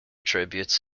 tributes